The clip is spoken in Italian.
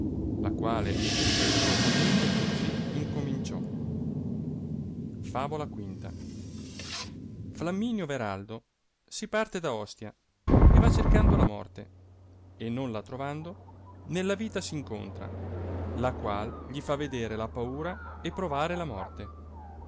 la quale vezzosamente così incominciò favola v flamminio veraldo si parte da ostia e va cercando la morte e non la trovando nella vita s incontra la qual gli fa vedere la paura e provare la morte